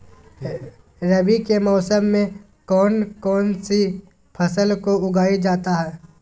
रवि के मौसम में कौन कौन सी फसल को उगाई जाता है?